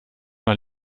mal